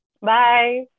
Bye